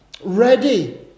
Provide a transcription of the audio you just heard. ready